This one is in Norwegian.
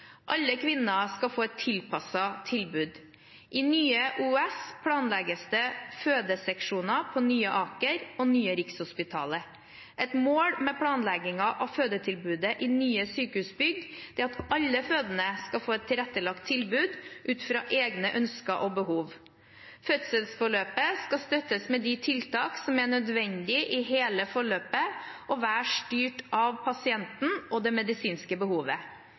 Alle kvinner skal få et tilpasset tilbud. I Nye OUS planlegges det fødeseksjoner på Nye Aker og Nye Rikshospitalet. Et mål ved planleggingen av fødetilbudet i nye sykehusbygg er at alle fødende skal få et tilrettelagt tilbud ut fra egne ønsker og behov. Fødselsforløpet skal støttes med de tiltak som er nødvendig i hele forløpet, og være styrt av pasienten og det medisinske behovet.